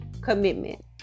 commitment